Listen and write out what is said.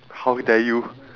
how dare you